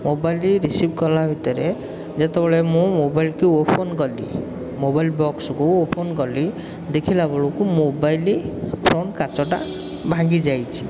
ମୋବାଇଲ୍ଟି receive କଲା ଭିତରେ ଯେତେବେଳେ ମୁଁ ମୋବାଇଲକୁ ଓପନ୍ କଲି ମୋବାଇଲ୍ ବକ୍ସକୁ ଓପନ୍ କଲି ଦେଖିଲାବେଳକୁ ମୋବାଇଲ୍ ଫ୍ରଣ୍ଟ କାଚଟା ଭାଙ୍ଗିଯାଇଛି